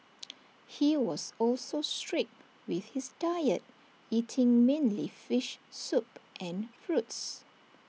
he was also strict with his diet eating mainly fish soup and fruits